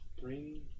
bring